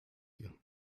you